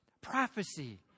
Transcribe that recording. Prophecy